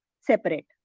separate